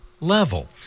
level